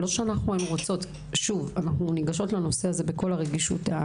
אנחנו ניגשות לנושא בכל הרגישות,